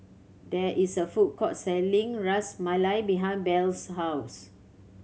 there is a food court selling Ras Malai behind Belle's house